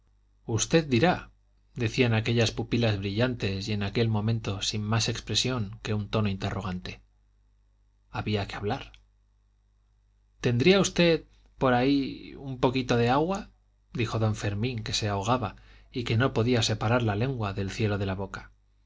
usted dirá decían aquellas pupilas brillantes y en aquel momento sin más expresión que un tono interrogante había que hablar tendría usted por ahí un poquito de agua dijo don fermín que se ahogaba y que no podía separar la lengua del cielo de la boca